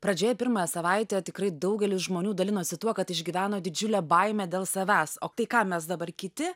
pradžioje pirmą savaitę tikrai daugelis žmonių dalinosi tuo kad išgyveno didžiulę baimę dėl savęs o tai ką mes dabar kiti